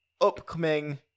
upcoming